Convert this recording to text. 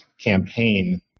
campaign